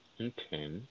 Okay